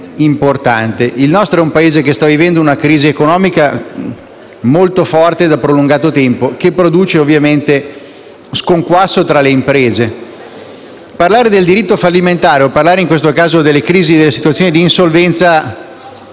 importante. Il nostro Paese sta vivendo una crisi economica molto forte e da prolungato tempo, che produce ovviamente sconquasso tra le imprese. Il tema del diritto fallimentare o, in questo caso, delle crisi e delle situazioni di insolvenza